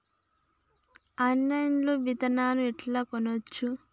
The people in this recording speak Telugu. ఆన్లైన్ లా విత్తనాలను ఎట్లా కొనచ్చు?